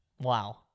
Wow